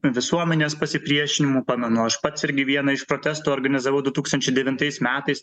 visuomenės pasipriešinimų pamenu aš pats irgi vieną iš protestų organizavau du tūkstančiai devintais metais